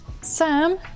Sam